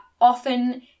often